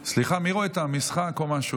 סליחה, מי רואה את המשחק או משהו?